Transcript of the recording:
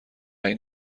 این